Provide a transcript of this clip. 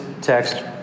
text